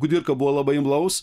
kudirka buvo labai imlaus